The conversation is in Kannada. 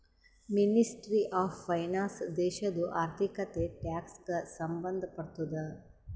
ಮಿನಿಸ್ಟ್ರಿ ಆಫ್ ಫೈನಾನ್ಸ್ ದೇಶದು ಆರ್ಥಿಕತೆ, ಟ್ಯಾಕ್ಸ್ ಗ ಸಂಭಂದ್ ಪಡ್ತುದ